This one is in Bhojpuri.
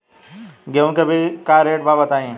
गेहूं के अभी का रेट बा बताई?